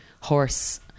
horse